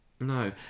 no